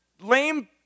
lame